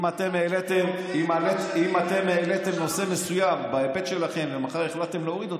אם אתם העליתם נושא מסוים בהיבט שלכם ומחר החלטתם להוריד אותו,